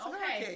Okay